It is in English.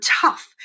tough